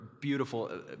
beautiful